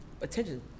attention